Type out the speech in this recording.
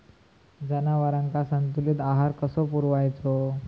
जनावरांका संतुलित आहार कसो पुरवायचो?